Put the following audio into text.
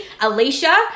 Alicia